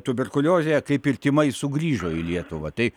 tuberkuliozė kaip ir tymai sugrįžo į lietuvą tai